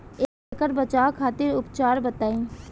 ऐकर बचाव खातिर उपचार बताई?